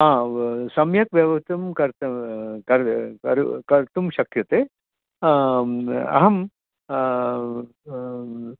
ह सम्यक् व्यवस्थां कर्तुं कर्तुं शक्यते अहम्